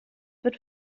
wird